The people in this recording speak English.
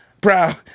Proud